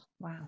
Wow